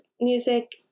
music